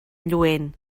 lluent